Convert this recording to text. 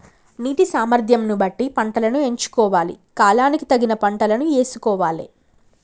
నీటి సామర్థ్యం ను బట్టి పంటలను ఎంచుకోవాలి, కాలానికి తగిన పంటలను యేసుకోవాలె